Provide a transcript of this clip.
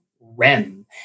REM